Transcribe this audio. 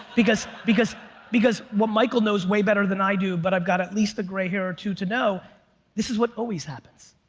because because what michael knows way better than i do but i've got at least a gray hair or two to know this is what always happens.